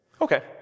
Okay